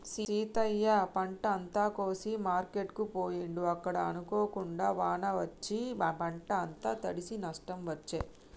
సీతయ్య పంట అంత కోసి మార్కెట్ కు పోయిండు అక్కడ అనుకోకుండా వాన వచ్చి పంట అంత తడిశె నష్టం వచ్చే